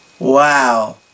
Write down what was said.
Wow